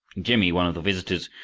jimmy, one of the visitors,